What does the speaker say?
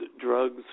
drugs